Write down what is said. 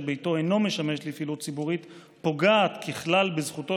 ביתו אינו משמש לפעילות ציבורית פוגעת ככלל בזכותו